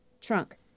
trunk